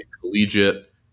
collegiate